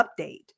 update